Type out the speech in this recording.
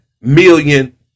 million